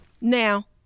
Now